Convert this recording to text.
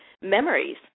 memories